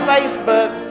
Facebook